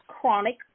chronic